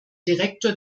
direktor